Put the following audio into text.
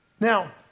Now